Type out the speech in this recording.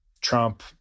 Trump